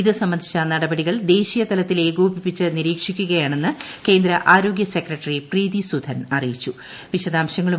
ഇത് സംബന്ധിച്ച നടപടികൾ ദേശീയതലത്തിൽ ഏകോപിപ്പിച്ച് നിരീക്ഷിക്കുകയാണെന്ന് കേന്ദ്ര ആരോഗ്യ സെക്രട്ടറി പ്രീതി സുധൻ അറിയിച്ചു